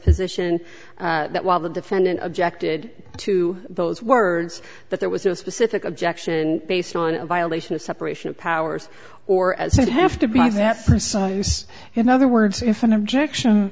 position that while the defendant objected to those words that there was a specific objection based on a violation of separation of powers or as such have to be that use in other words if an objection